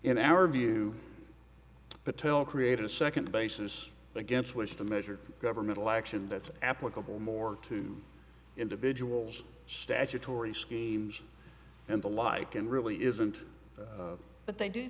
in our view patel created a second basis against which to measure governmental action that's applicable more to individuals statutory schemes and the like and really isn't but they do